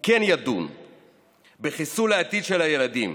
הוא כן ידון בחיסול העתיד של הילדים,